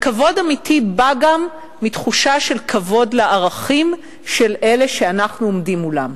וכבוד אמיתי בא גם מתחושה של כבוד לערכים של אלה שאנחנו עומדים מולם.